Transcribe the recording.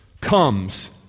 comes